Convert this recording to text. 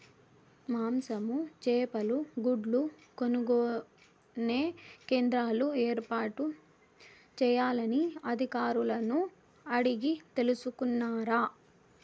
మాంసము, చేపలు, గుడ్లు కొనుక్కొనే కేంద్రాలు ఏర్పాటు చేయాలని అధికారులను అడిగి తెలుసుకున్నారా?